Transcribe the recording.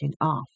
off